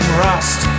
rust